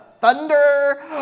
thunder